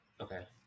okay